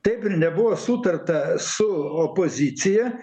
taip ir nebuvo sutarta su opozicija